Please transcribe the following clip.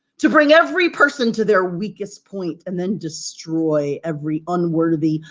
to bring every person to their weakest point and then destroy every unworthy,